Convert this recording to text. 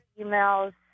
Emails